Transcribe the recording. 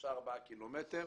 שלושה ארבעה קילומטרים,